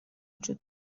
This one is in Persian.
وجود